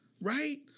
Right